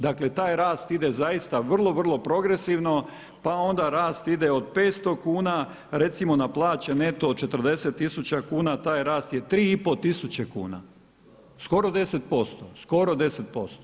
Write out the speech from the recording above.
Dakle, taj rast ide zaista vrlo, vrlo progresivno, pa onda rast ide od 500 kuna recimo na plaće neto od 40 tisuća kuna taj rast je 3 i pol tisuće kuna – skoro 10%, skoro 10%